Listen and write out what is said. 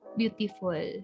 beautiful